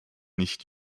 nicht